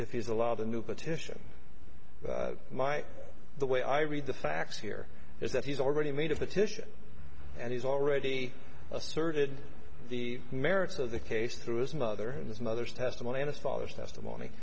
he's allowed a new petition my the way i read the facts here is that he's already made a petition and he's already asserted the merits of the case through his mother his mother's testimony in this father's testimony